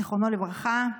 זיכרונו לברכה.